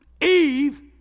Eve